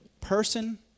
person